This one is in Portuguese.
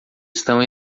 estão